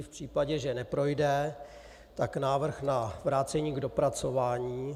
V případě, že neprojde, tak návrh na vrácení k dopracování.